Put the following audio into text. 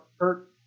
Hurt